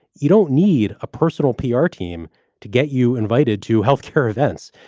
you don't need a personal pr team to get you invited to health care events.